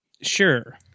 sure